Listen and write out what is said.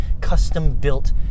custom-built